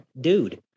dude